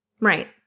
Right